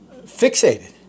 fixated